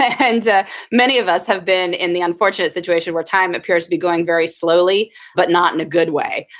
and many of us have been in the unfortunate situation where time appears to be going very slowly but not in a good way.